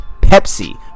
Pepsi